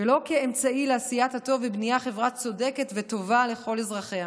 ולא כאמצעי לעשיית הטוב ובניית חברה צודקת וטובה לכל אזרחיה.